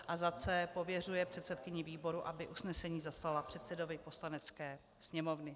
c) Pověřuje předsedkyni výboru, aby usnesení zaslala předsedovi Poslanecké sněmovny.